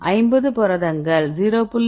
ஐம்பது புரதங்கள் 0